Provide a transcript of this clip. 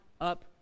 up